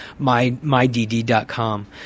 MyDD.com